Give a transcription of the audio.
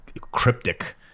cryptic